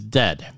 dead